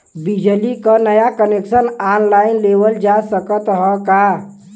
बिजली क नया कनेक्शन ऑनलाइन लेवल जा सकत ह का?